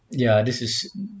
ya this is